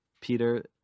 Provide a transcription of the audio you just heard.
Peter